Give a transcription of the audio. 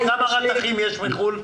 רתכים יש 87,